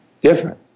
different